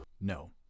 no